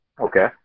Okay